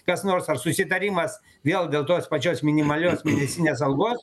kas nors ar susitarimas vėl dėl tos pačios minimalios mėnesinės algos